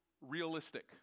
realistic